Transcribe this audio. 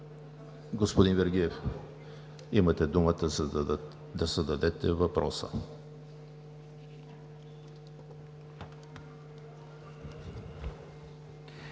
Господин Вергиев, имате думата, за да зададете въпроса.